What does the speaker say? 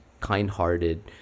kind-hearted